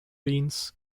deans